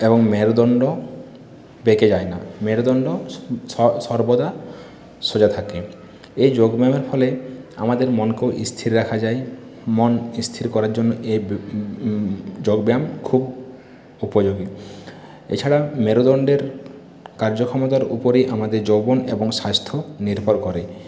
এবং মেরুদন্ড বেঁকে যায় না মেরুদন্ড সর্বদা সোজা থাকে এই যোগব্যায়ামের ফলে আমাদের মনকেও স্থির রাখা যায় মন স্থির করার জন্য এই যোগব্যায়াম খুব উপযোগী এছাড়া মেরুদন্ডের কার্যক্ষমতার উপরেই আমাদের যৌবন এবং স্বাস্থ্য নির্ভর করে